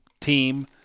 team